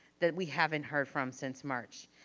that we haven't heard from since march.